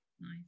Nice